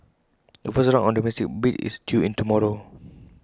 the first round of domestic bids is due in tomorrow